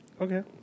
Okay